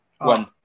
one